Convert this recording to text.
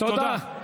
תודה.